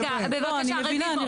אני מבינה,